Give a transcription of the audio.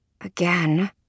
Again